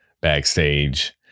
backstage